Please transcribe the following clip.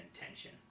intention